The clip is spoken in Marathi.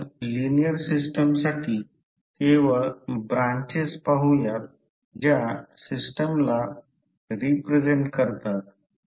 तर अशा परिस्थितीत करंट वाढविल्यानंतर काय होईल डोमेन प्रत्यक्षात अलाईन होण्यास सुरवात करतात आणि परिणामी B आणि H मधील संबंध कर्व o g b ने दर्शविला जातो